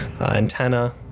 antenna